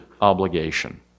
obligation